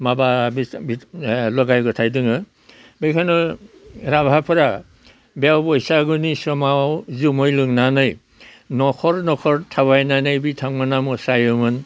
माबा लगाय गथाय दोङो बेखायनो राभाफोरा बेयाव बैसागुनि समाव जुमाय लोंनानै न'खर न'खर थाबायनानै बिथांमोनहा मोसायोमोन